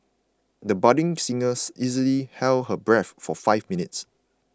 the budding singers easily held her breath for five minutes